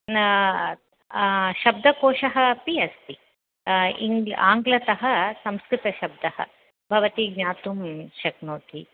शब्दकोशः अपि अस्ति इङ्ग्ल् आङ्ग्लतः संस्कृतशब्दः भवती ज्ञातुं शक्नोति